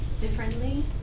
differently